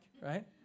right